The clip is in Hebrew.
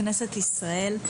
התרבות והספורט של כנסת ישראל.